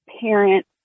parent